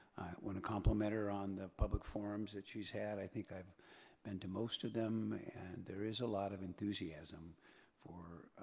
want to compliment her on the public forums that she's had. i think i've been to most of them and there is a lot of enthusiasm for